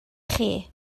chi